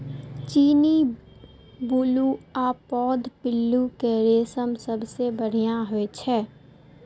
चीनी, बुलू आ पैघ पिल्लू के रेशम सबसं बढ़िया होइ छै